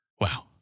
Wow